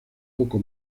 poco